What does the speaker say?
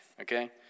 okay